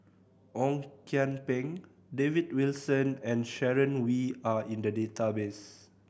Ong Kian Peng David Wilson and Sharon Wee are in the database